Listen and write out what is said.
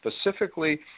specifically